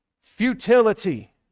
Futility